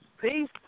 Peace